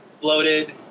bloated